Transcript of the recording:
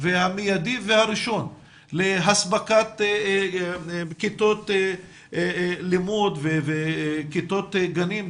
והמיידי והראשון לאספקת כיתות לימוד וכיתות גנים.